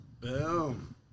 boom